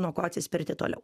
nuo ko atsispirti toliau